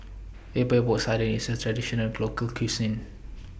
Epok Epok Sardin IS A Traditional Local Cuisine